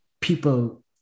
people